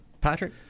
patrick